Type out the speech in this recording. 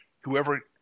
whoever